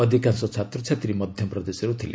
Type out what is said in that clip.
ଅଧିକାଂଶ ଛାତ୍ରଛାତ୍ରୀ ମଧ୍ୟପ୍ରଦେଶରୁ ଥିଲେ